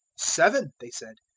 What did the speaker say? seven, they said,